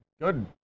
Good